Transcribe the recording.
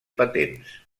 patents